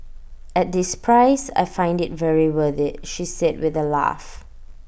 at this price I find IT very worth IT she said with A laugh